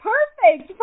Perfect